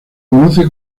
conoce